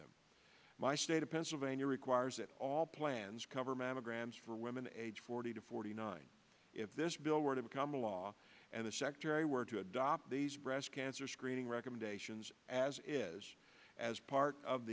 them my state of pennsylvania requires that all plans cover mammograms for women age forty to forty nine if this bill were to become law and the secretary were to adopt these breast cancer screening recommendations as is as part of